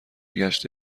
گشت